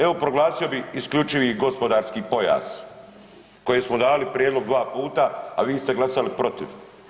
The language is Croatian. Evo proglasio bi isključivi gospodarski pojas koji smo dali prijedlog dva puta a vi ste glasali protiv.